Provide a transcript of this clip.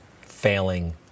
failing